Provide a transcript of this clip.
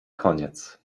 koniec